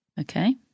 okay